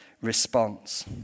response